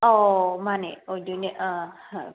ꯑꯧ ꯃꯥꯅꯦ ꯑꯣꯏꯗꯣꯏꯅꯦ ꯑꯥ